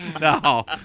No